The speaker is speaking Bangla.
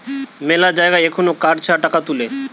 মেলা জায়গায় এখুন কার্ড ছাড়া টাকা তুলে